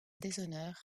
déshonneur